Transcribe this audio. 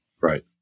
Right